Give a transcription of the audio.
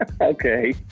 okay